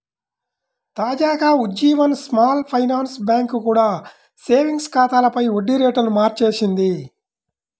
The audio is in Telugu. తాజాగా ఉజ్జీవన్ స్మాల్ ఫైనాన్స్ బ్యాంక్ కూడా సేవింగ్స్ ఖాతాలపై వడ్డీ రేట్లను మార్చేసింది